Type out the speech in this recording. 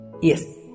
Yes